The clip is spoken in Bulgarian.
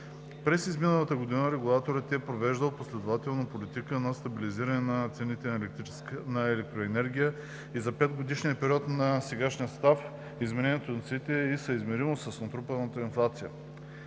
През изминалата година регулаторът е провеждал последователно политика на стабилизиране на цените на електроенергията и за петгодишния период на сегашния състав изменението на цените е съизмеримо с натрупаната инфлация.